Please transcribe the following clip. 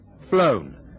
Flown